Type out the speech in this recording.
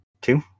Two